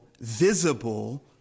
visible